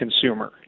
consumer